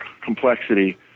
complexity